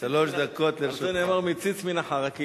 על זה נאמר: מציץ מהחרכים.